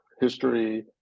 history